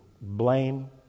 blame